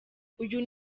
uyu